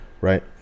right